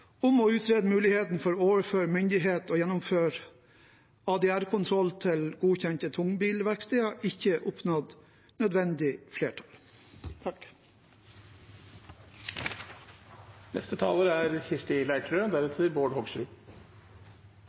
om å utrede muligheten for å overføre myndighet til å gjennomføre ADR-kontroll til godkjente tungbilverksteder ikke oppnådde nødvendig flertall.